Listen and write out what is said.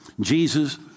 Jesus